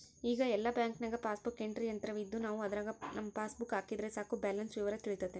ಈಗ ಎಲ್ಲ ಬ್ಯಾಂಕ್ನಾಗ ಪಾಸ್ಬುಕ್ ಎಂಟ್ರಿ ಯಂತ್ರವಿದ್ದು ನಾವು ಅದರಾಗ ನಮ್ಮ ಪಾಸ್ಬುಕ್ ಹಾಕಿದರೆ ಸಾಕು ಬ್ಯಾಲೆನ್ಸ್ ವಿವರ ತಿಳಿತತೆ